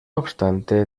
obstante